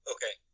Okay